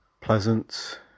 pleasant